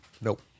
Nope